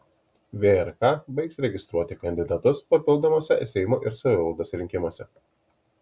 vrk baigs registruoti kandidatus papildomuose seimo ir savivaldos rinkimuose